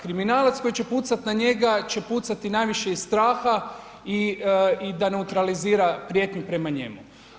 Kriminalac koji će pucati na njega će pucati najviše iz straha i da neutralizira prijetnju prema njemu.